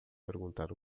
perguntar